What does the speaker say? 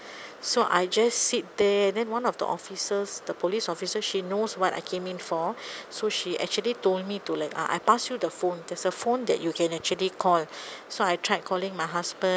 so I just sit there and then one of the officers the police officer she knows what I came in for so she actually told me to like uh I pass you the phone there's a phone that you can actually call so I tried calling my husband